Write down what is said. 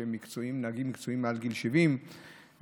נהגים מקצועיים מעל גיל 70 וחולים,